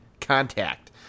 contact